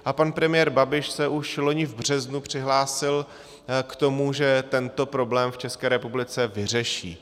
A pan premiér Babiš se už loni v březnu přihlásil k tomu, že tento problém v České republice vyřeší.